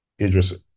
Idris